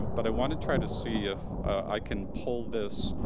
but i wanna try to see if i can pull this